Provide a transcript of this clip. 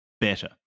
better